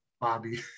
Bobby